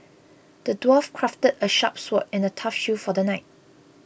the dwarf crafted a sharp sword and a tough shield for the knight